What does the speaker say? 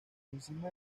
encima